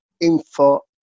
info